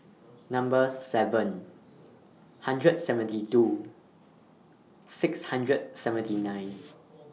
Number seven hundred seventy two six hundred seventy nine